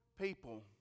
people